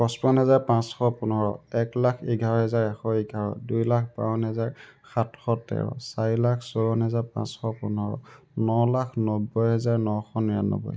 পঁচপন্ন হেজাৰ পাঁচশ পোন্ধৰ এক লাখ এঘাৰ হাজাৰ এশ এঘাৰ দুই লাখ বাৱন্ন হেজাৰ সাতশ তেৰ চাৰি লাখ চৌৱন্ন হেজাৰ পাঁচশ পোন্ধৰ ন লাখ নব্বৈ হেজাৰ নশ নিৰান্নব্বৈ